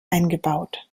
eingebaut